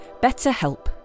BetterHelp